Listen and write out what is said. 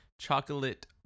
chocolate